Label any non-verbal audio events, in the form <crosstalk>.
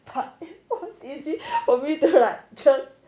part <laughs> it's easy for me to like just